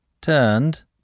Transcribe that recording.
turned